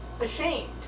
ashamed